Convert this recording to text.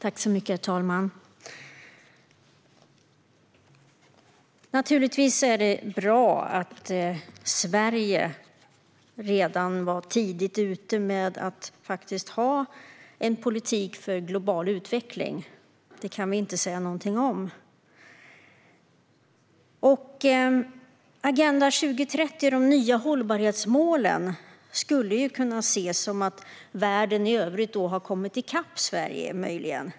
Herr talman! Naturligtvis är det bra att Sverige var tidigt ute med att ha en politik för global utveckling. Det kan vi inte säga någonting om. Agenda 2030 och de nya hållbarhetsmålen skulle möjligen kunna ses som att världen i övrigt har kommit i kapp Sverige.